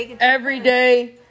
everyday